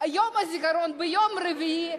יום הזיכרון ביום רביעי,